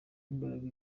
imbaraga